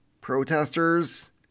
protesters